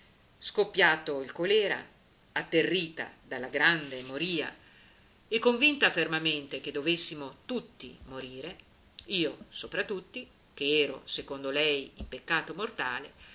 scoppiato il colera atterrita dalla grande moria e convinta fermamente che dovessimo tutti morire io sopra tutti ch'ero secondo lei in peccato mortale